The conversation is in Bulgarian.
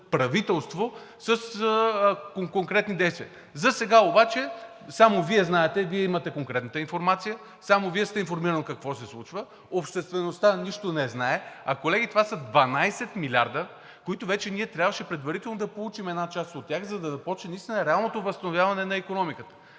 правителство с конкретни действия. Засега обаче само Вие знаете, Вие имате конкретната информация, само Вие сте информиран какво се случва, а обществеността нищо не знае. Колеги, това са 12 милиарда. Трябваше вече предварително да получим една част от тях, за да започне наистина реалното възстановяване на икономиката.